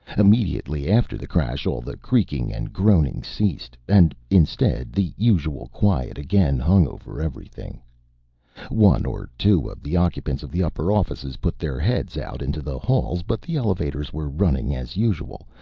immediately after the crash all the creaking and groaning ceased, and instead, the usual quiet again hung over everything one or two of the occupants of the upper offices put their heads out into the halls, but the elevators were running as usual,